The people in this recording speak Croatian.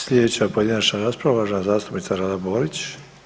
Slijedeća pojedinačna rasprava, uvažena zastupnica Rada Borić.